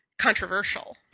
controversial